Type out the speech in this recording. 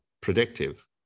predictive